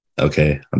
okay